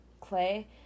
clay